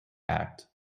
act